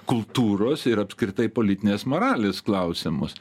kultūros ir apskritai politinės moralės klausimus